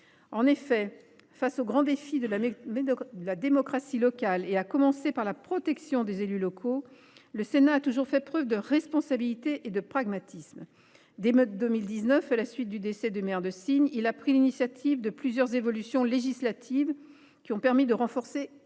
En effet, face aux grands défis de la démocratie locale, à commencer par la protection des élus locaux, le Sénat a toujours fait preuve de responsabilité et de pragmatisme. Dès 2019, à la suite du décès du maire de Signes, il a pris l’initiative de plusieurs évolutions législatives qui ont permis de renforcer